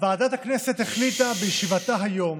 ועדת הכנסת החליטה בישיבתה היום